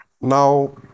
Now